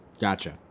Gotcha